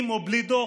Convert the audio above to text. עם או בלי דוח,